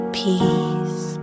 peace